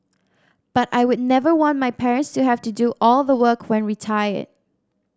but I would never want my parents to have to do all the work when retired